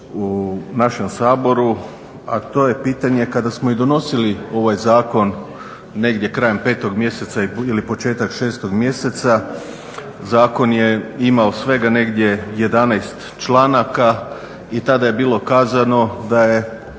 u našem Saboru a to je pitanje kada smo i donosili ovaj Zakon negdje krajem 5. mjeseca ili početak 6. mjeseca, Zakon je imao svega negdje 11 članaka i tada je bilo kazano da je